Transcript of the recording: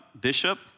Bishop